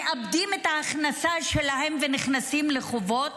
מאבדים את ההכנסה שלהם ונכנסים לחובות?